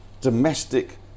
domestic